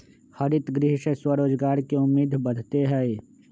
हरितगृह से स्वरोजगार के उम्मीद बढ़ते हई